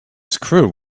squirrel